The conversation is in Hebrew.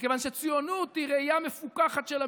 מכיוון שציונות היא ראייה מפוכחת של המציאות.